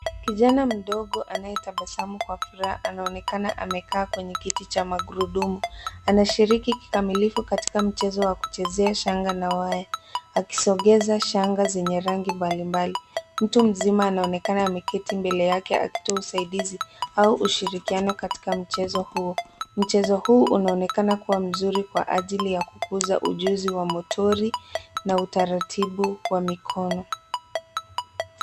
Kijana mdogo aneye tabasamu kwa furaha anaonekana amekaa kwenye kiti cha magurudumu anashiriki kikamilifu katika mchezo ya kuchezea shanga na waya akisongeza shanga zenye rangi mbali mbali. Mtu mzima anaoneka ameketi mbele yake akitoa usaidizi au ushirikiano katika mchezo huu. Mchezo huu unaonekana kuwa mzuri kwa ajili ya kukuza ujuzi wa motori na utaratibu wa mikono.